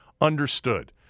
understood